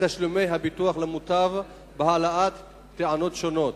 תשלומי הביטוח למוטב בהעלאת טענות שונות,